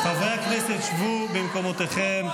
חברי הכנסת, שבו במקומותיכם.